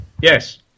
Yes